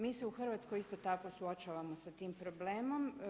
Mi se u Hrvatskoj isto tako suočavamo sa tim problemom.